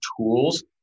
tools